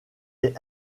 est